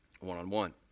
one-on-one